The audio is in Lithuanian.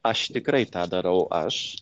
aš tikrai tą darau aš